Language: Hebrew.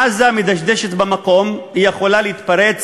עזה מדשדשת במקום, היא יכולה להתפרץ